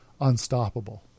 unstoppable